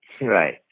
Right